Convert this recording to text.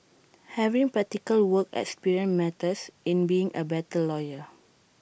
having practical work experience matters in being A better lawyer